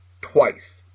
twice